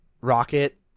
Rocket